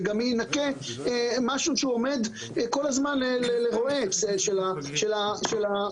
זה גם ינקה משהו שעומד כל הזמן לרועץ של ההקרנות.